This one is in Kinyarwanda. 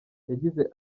yagize